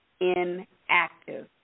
inactive